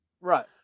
Right